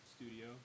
Studio